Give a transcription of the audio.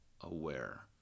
aware